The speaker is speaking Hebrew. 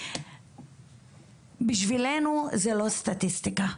בשבילנו זה לא סטטיסטיקה.